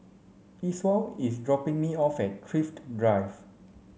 Esau is dropping me off at Thrift Drive